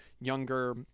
younger